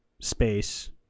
space